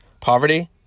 poverty